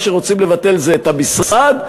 מה שרוצים לבטל זה את המשרד,